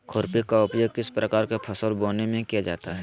खुरपी का उपयोग किस प्रकार के फसल बोने में किया जाता है?